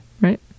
Right